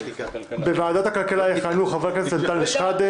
בוועדת הכלכלה: יכהנו חברי הכנסת אנטאנס שחאדה,